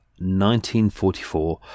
1944